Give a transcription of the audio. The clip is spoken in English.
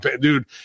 dude